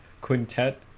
Quintet